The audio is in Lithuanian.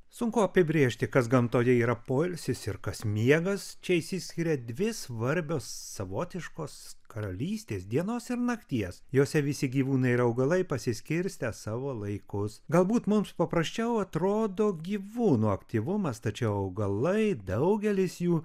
sunku apibrėžti kas gamtoje yra poilsis ir kas miegas čia išsiskiria dvi svarbios savotiškos karalystės dienos ir nakties jose visi gyvūnai ir augalai pasiskirstę savo laikus galbūt mums paprasčiau atrodo gyvūnų aktyvumas tačiau augalai daugelis jų